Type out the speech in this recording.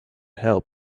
help